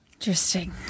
Interesting